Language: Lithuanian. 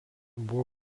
buvo